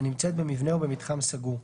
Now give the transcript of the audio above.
הנמצאת במבנה או במתחם סגור,